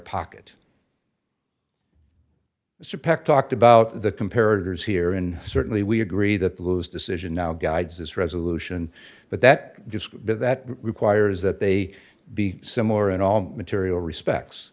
peck talked about the comparatives here and certainly we agree that the loose decision now guides this resolution but that just that requires that they be similar in all material respects